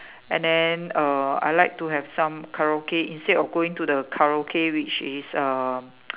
and then err I like to have some Karaoke instead of going to the Karaoke which is uh